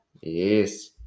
Yes